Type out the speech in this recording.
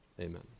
amen